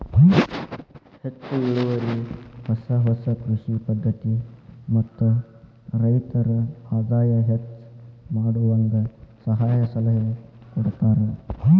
ಹೆಚ್ಚು ಇಳುವರಿ ಹೊಸ ಹೊಸ ಕೃಷಿ ಪದ್ಧತಿ ಮತ್ತ ರೈತರ ಆದಾಯ ಹೆಚ್ಚ ಮಾಡುವಂಗ ಸಹಾಯ ಸಲಹೆ ಕೊಡತಾರ